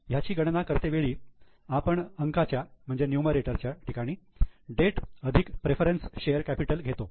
याची गणना करते वेळी आपण अंकाच्या ठिकाणी डेट अधिक प्रेफरन्स शेअर कॅपिटल घेतो